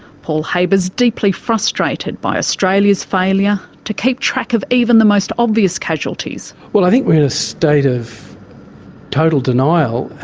paul haber's deeply frustrated by australia's failure to keep track of even the most obvious casualties. well, i think we're in a state of total denial.